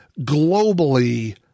globally